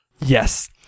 Yes